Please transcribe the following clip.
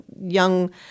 young